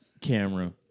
camera